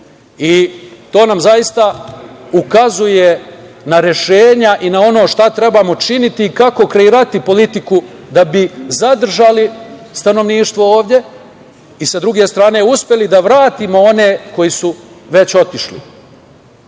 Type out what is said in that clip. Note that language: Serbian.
I to nam zaista ukazuje na rešenja i na ono šta trebamo činiti, kako kreirati politiku da bi zadržali stanovništvo ovde i sa druge strane, uspeli da vratimo one koji su već otišli. Moram